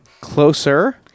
Closer